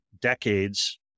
decades